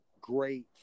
great